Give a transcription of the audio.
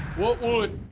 what would